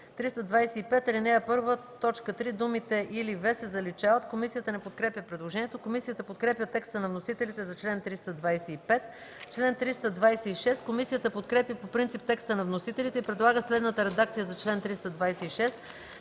325, ал. 1, т. 3 думите „или „V” се заличават”. Комисията не подкрепя предложението. Комисията подкрепя текста на вносителите за чл. 325. Комисията подкрепя по принцип текста на вносителите и предлага следната редакция на чл. 326: